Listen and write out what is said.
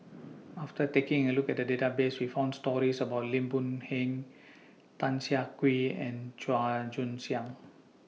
after taking A Look At The Database We found stories about Lim Boon Heng Tan Siah Kwee and Chua Joon Siang